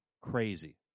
Crazy